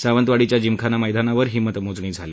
सावंतवाडीच्या जिमखाना मैदानावर ही मतमोजणी झाली